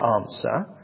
answer